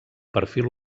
perfil